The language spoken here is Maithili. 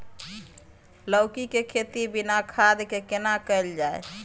लौकी के खेती बिना खाद के केना कैल जाय?